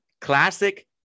classic